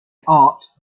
art